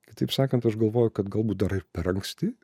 kitaip sakant aš galvoju kad galbūt dar ir per anksti